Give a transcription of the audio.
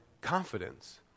confidence